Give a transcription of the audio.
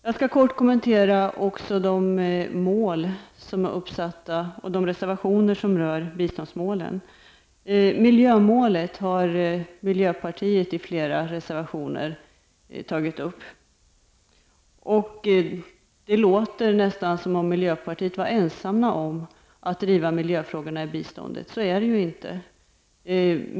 Jag skall kort kommentera de reservationer som rör biståndsmålen. Miljömålet har miljöpartiet tagit upp i flera reservationer. Det låter nästan som om miljöpartiet var ensamt om att driva miljöfrågorna när det gäller biståndet. Så är det ju inte.